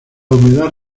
humedad